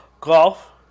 golf